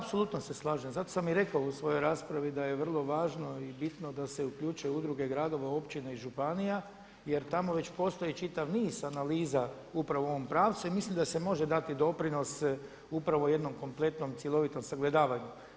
Ma da apsolutno se slažem, zato sam i rekao u svojoj raspravi da je vrlo važno i bitno da se uključe udruge gradova, općina i županija jer tamo već postoji čitav niz analiza upravo u ovom pravcu i mislim da se može dati doprinose upravo jednom kompletnom, cjelovitom sagledavanju.